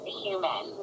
human